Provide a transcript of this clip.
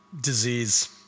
disease